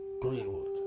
Greenwood